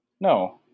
No